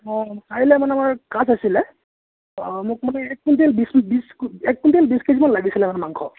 অ কাইলে মানে আমাৰ কাজ আছিলে অ মোক মানে এক কুইণ্টল বিশ এক কুইণ্টল বিশ কেজিমান লাগিছিলে মানে মাংস